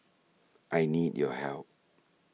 I need your help